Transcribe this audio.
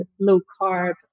low-carb